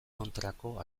kontrako